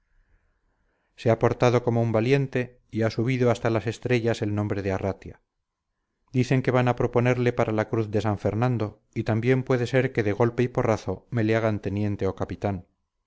se ha portado como un valiente y ha subido hasta las estrellas el nombre de arratia dicen que van a proponerle para la cruz de san fernando y también puede ser que de golpe y porrazo me le hagan teniente o capitán